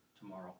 tomorrow